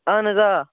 اَہَن حظ آ